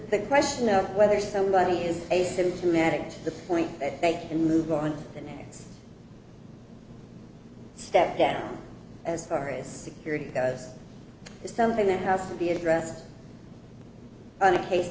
the question of whether somebody is asymptomatic to the point that they can move on the next step down as far as security goes is something that has to be addressed on a case